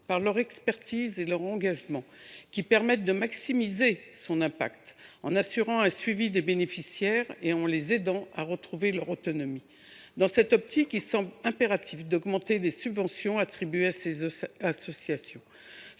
par leur expertise et leur engagement, qui permettent de maximiser l’impact du TGD, en assurant un suivi des bénéficiaires et en les aidant à retrouver leur autonomie. Dans cette perspective, il semble impératif d’augmenter les subventions attribuées aux associations.